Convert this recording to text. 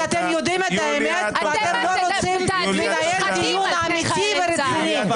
כי אתם יודעים את האמת ואתם לא רוצים לנהל דיון אמיתי ורציני.